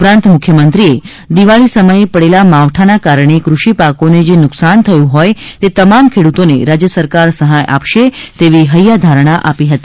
ઉપરાંત મુખ્યમંત્રીએ દિવાળી સમયે પડેલા માવઠાના કારણે કૃષિપાકોને જે નુકશાન થયું હોય તે તમામ ખેડૂતોને રાજ્ય સરકાર સહાય આપશે તેવી હૈયાધારણ આપી હતી